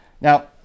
now